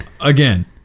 Again